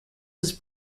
was